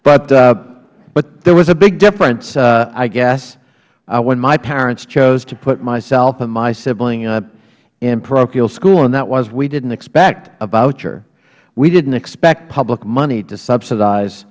connolly but there was a big difference i guess when my parents chose to put myself and my sibling in parochial school and that was we didn't expect a voucher we didn't expect public money to subsidize